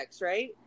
right